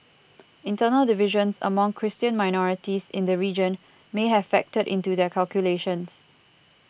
internal divisions among Christian minorities in the region may have factored into their calculations